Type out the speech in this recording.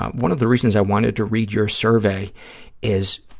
one of the reasons i wanted to read your survey is,